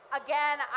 again